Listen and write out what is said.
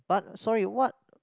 but sorry what